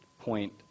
point